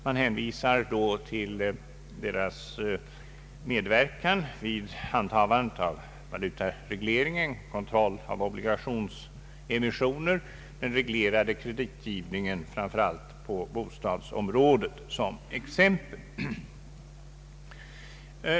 Man hänvisar då till deras medverkan vid handhavandet av valutaregleringen, kontroll av obligationsemissioner och den reglerade kreditgivningen, framför allt på bostadsområdet, såsom exempel.